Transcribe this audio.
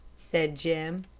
said jim.